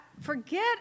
forget